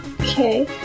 Okay